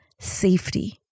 Safety